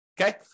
Okay